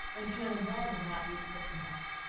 when colonel brandon might be expected back.